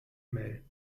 mail